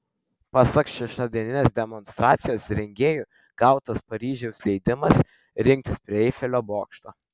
pasak šeštadieninės demonstracijos rengėjų gautas paryžiaus leidimas rinktis prie eifelio bokšto